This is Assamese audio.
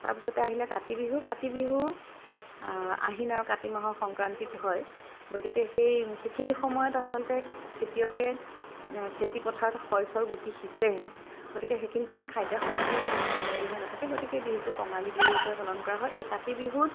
তাৰপিছতে আহিলে কাতি বিহু কাতি বিহু আহিন আৰু কাতি মাহৰ সংক্ৰান্তিত হয় গতিকে সেই সেইখিনি সময়ত আচলতে খেতিয়কে খেতিপথাৰত শইচৰ গুটি সিঁচেহে গতিকে সেইখিনি সময়ত খাদ্য সামগ্ৰী ইমান উভৈনদী হৈ নাথাকে গতিকে বিহুটো কঙালী বিহু হিচাপে পালন কৰা হয় এই কাতি বিহুত